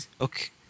Okay